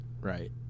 Right